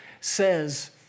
Says